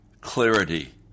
clarity